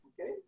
Okay